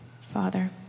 Father